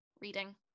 reading